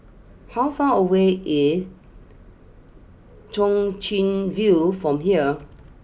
how far away is Chwee Chian view from here